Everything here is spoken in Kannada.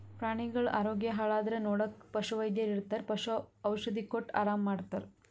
ಪ್ರಾಣಿಗಳ್ ಆರೋಗ್ಯ ಹಾಳಾದ್ರ್ ನೋಡಕ್ಕ್ ಪಶುವೈದ್ಯರ್ ಇರ್ತರ್ ಪಶು ಔಷಧಿ ಕೊಟ್ಟ್ ಆರಾಮ್ ಮಾಡ್ತರ್